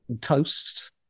toast